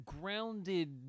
grounded